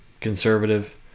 conservative